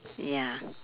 ya